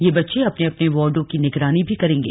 यह बच्चे अपने अपने वार्डो की निगरानी भी करेंगे